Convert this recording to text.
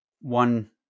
one